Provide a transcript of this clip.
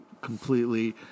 completely